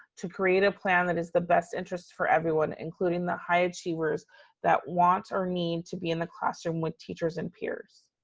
to create a plan that is the best interests for everyone including the high achievers that want or need to be in the classroom with teachers and peers.